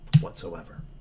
whatsoever